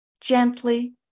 gently